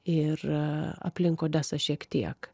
ir aplink odesą šiek tiek